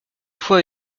fois